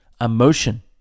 Emotion